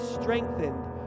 strengthened